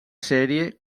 sèrie